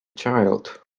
child